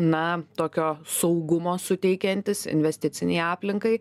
na tokio saugumo suteikiantis investicinei aplinkai